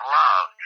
love